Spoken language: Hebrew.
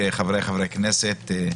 חבריי חברי הכנסת,